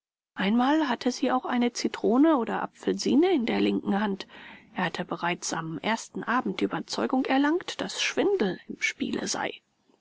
einmal hatte sie auch eine zitrone oder apfelsine in der linken hand er hatte bereits reits am ersten abend die überzeugung erlangt daß schwindel im spiele war